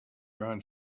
grown